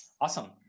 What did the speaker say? awesome